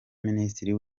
minisitiri